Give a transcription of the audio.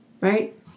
Right